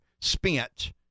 spent